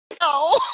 no